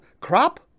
crop